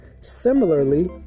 Similarly